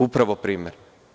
Upravo primer.